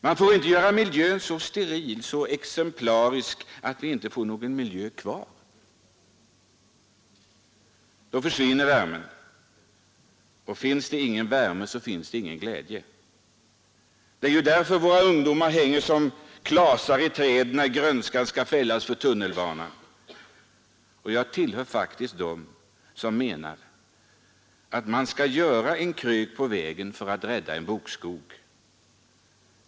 Man får inte göra miljön så steril, så exemplarisk att vi inte får någon miljö kvar! Då försvinner värmen, och finns det ingen värme finns det ingen glädje. Det är ju därför våra ungdomar hänger som klasar i träden när grönskan skall fällas för tunnelbanan, och jag tillhör faktiskt dem som menar att man skall göra en krök på vägen för att rädda en bokskog.